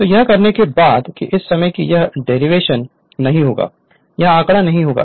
तो यह कहने के बाद कि इस समय में यह डेरिवेशन नहीं होगा यह आंकड़ा नहीं होगा